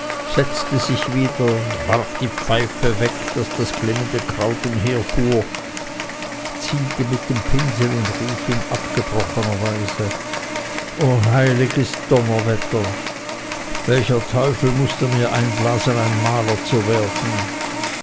setzte sich wieder warf die pfeife weg daß das glimmende kraut umherfuhr zielte mit dem pinsel und rief in abgebrochener weise o heiliges donnerwetter welcher teufel mußte mir einblasen ein maler zu werden